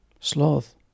Sloth